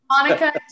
Monica